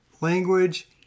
language